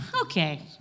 Okay